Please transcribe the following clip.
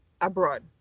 abroad